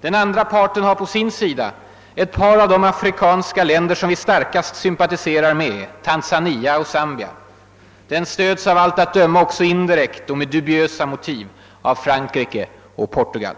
Den andra parten har på sin sida ett par av de afrikanska länder som vi starkast sympatiserar med, Tanzania och Zambia. Den stöds av allt att döma också indirekt, och med dubiösa motiv, av Frankrike och Portugal.